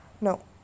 no